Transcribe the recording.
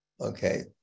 Okay